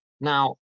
Now